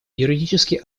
юридически